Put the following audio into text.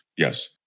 Yes